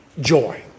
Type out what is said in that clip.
joy